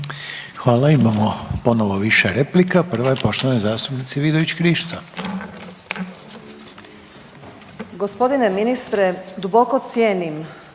Hvala. Imamo više replika. Prva je poštovanog zastupnika Šimičevića.